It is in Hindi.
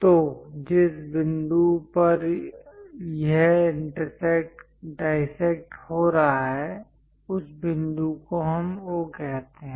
तो जिस बिंदु पर यह इंटरसेक्ट डायसेक्ट हो रहा है उस बिंदु को हम O कहते हैं